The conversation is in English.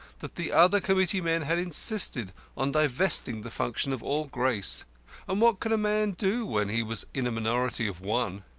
that the other committeemen had insisted on divesting the function of all grace and what could a man do when he was in a minority of one?